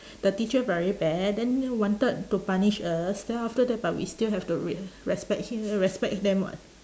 the teacher very bad then then wanted to punish us then after that but we still have to re~ respect him respect them [what]